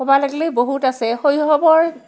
ক'বা লাগলি বহুত আছে শৈশৱৰ